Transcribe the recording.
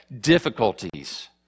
difficulties